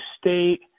state